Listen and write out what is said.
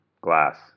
glass